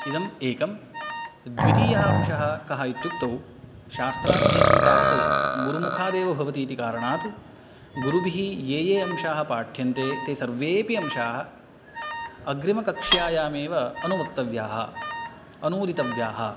इदम् एकं द्वितीयः अंशः कः इत्युक्तौ शास्त्राध्ययनं तावत् गुरुमुखादेव भवति इति कारणात् गुरुभिः ये ये अंशाः पाठ्यन्ते ते सर्वेपि अंशाः अग्रिमकक्षायाम् एव अनुवक्तव्याः अनूदितव्याः